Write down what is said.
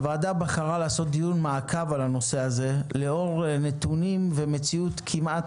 הוועדה בחרה לקיים דיון מעקב על הנושא הזה לאור נתונים ומציאות כמעט